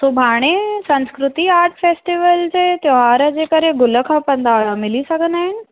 सुभाणे संस्कृति art festival ते त्योहार जे करे गुल खपंदा हुआ मिली सघंदा आहिनि